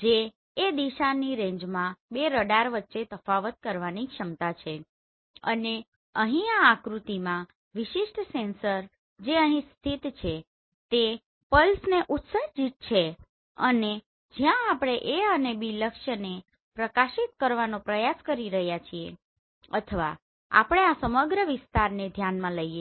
જે એ દિશાની રેન્જમાં બે રડાર વચ્ચે તફાવત કરવાની ક્ષમતા છે અને અહીં આ આકૃતિમાં આ વિશિષ્ટ સેન્સર જે અહીં સ્થિત છે તે પલ્સને ઉન્સર્જીત છે અને જ્યાં આપણે A અને B લક્ષ્યને પ્રકાશિત કરવાનો પ્રયાસ કરી રહ્યા છીએ અથવા આપણે આ સમગ્ર વિસ્તારને ધ્યાનમાં લઇયે